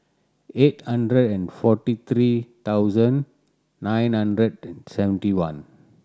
eight hundred and forty three thousand nine hundred and seventy one